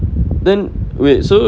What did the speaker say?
then wait so